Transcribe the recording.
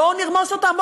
בואו נרמוס אותם,